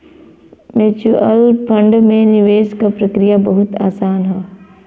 mutual fund में निवेश क प्रक्रिया बहुत आसान हौ